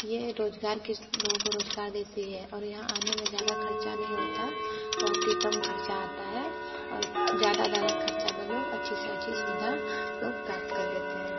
ये रोजगार किस लोगों को रोजगार देती हैं और यहाँ आने में ज्यादा खर्चा नहीं होता बहुत ही कम खर्चा आता है और ज्यादा ज्यादा खर्चा में लोग अच्छी से अच्छी सुविधा लोग प्राप्त कर लेते हैं